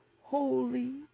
Holy